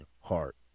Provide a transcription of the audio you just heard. heart